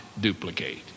duplicate